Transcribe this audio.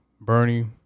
Bernie